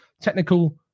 Technical